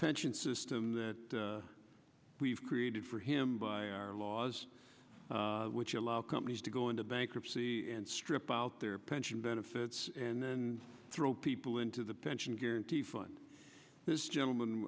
pension system that we've created for him by our laws which allow companies to go into bankruptcy and strip out their pension benefits and then throw people into the pension fund this gentleman